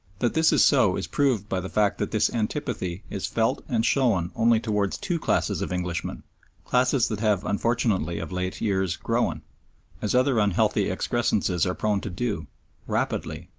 that this is so is proved by the fact that this antipathy is felt and shown only towards two classes of englishmen classes that have unfortunately of late years grown as other unhealthy excrescences are prone to do rapidly,